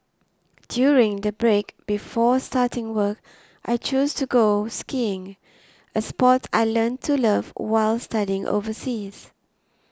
during the break before starting work I chose to go skiing a sport I learnt to love while studying overseas